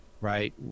right